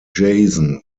jason